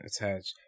attach